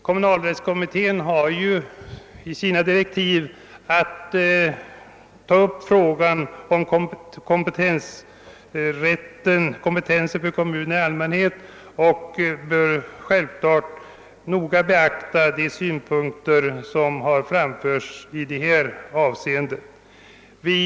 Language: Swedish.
Denna har i sina direktiv att ta upp frågan om kommunernas kompetens i allmänhet och bör självklart noga beakta de synpunkter som framförts i det avseendet.